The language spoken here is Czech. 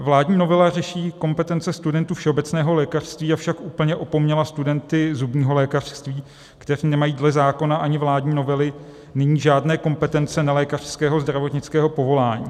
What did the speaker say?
Vládní novela řeší kompetence studentů všeobecného lékařství, avšak úplně opomněla studenty zubního lékařství, kteří nemají dle zákona ani vládní novely nyní žádné kompetence nelékařského zdravotnického povolání.